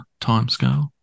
timescale